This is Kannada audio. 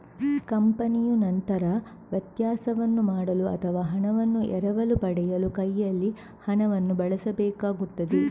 ಕಂಪನಿಯು ನಂತರ ವ್ಯತ್ಯಾಸವನ್ನು ಮಾಡಲು ಅಥವಾ ಹಣವನ್ನು ಎರವಲು ಪಡೆಯಲು ಕೈಯಲ್ಲಿ ಹಣವನ್ನು ಬಳಸಬೇಕಾಗುತ್ತದೆ